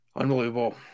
Unbelievable